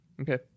Okay